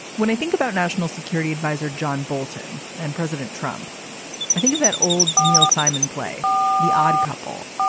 when i think about national security adviser john bolton and president trump i think of that old neil simon play the odd couple